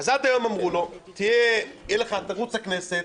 עד היום אמרו לו: תרוץ לכנסת,